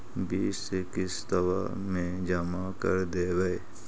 बिस किस्तवा मे जमा कर देवै?